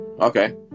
Okay